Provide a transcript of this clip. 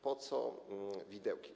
Po co widełki.